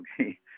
okay